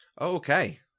okay